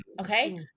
Okay